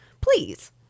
Please